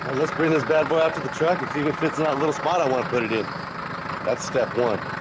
let's bring this bad boy out to the truck and see if it fits not a little spot i want to put it in that's step one